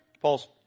Paul's